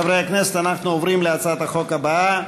חברי הכנסת, אנחנו עוברים להצעת החוק הבאה,